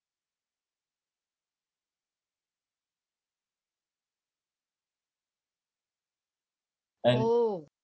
oh